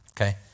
okay